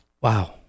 Wow